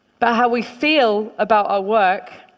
but how we feel about our work